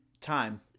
time